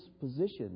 position